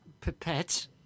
Pipette